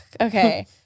okay